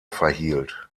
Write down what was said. verhielt